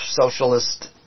socialist